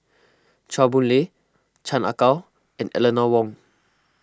Chua Boon Lay Chan Ah Kow and Eleanor Wong